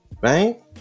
right